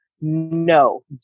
No